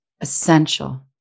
essential